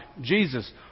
Jesus